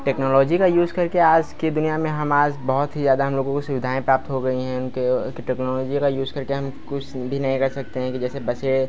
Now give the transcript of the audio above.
technology का use करके आज की दुनिया में हम आज बहुत ही ज़्यादा हम लोगों को सुविधाएँ प्राप्त हो गई हैं उनके कि टेक्नोलोजी का यूज करके हम कुछ भी नहीं रख सकते हैं जैसे बसें